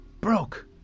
broke